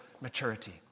maturity